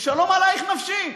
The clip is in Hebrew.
ושלום עלייך נפשי.